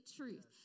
truth